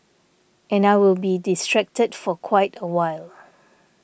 and I will be distracted for quite a while